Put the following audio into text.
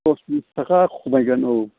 दस बिस थाखा खमायगोन औ